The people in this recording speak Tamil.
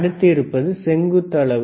அடுத்து இருப்பது செங்குத்து அளவு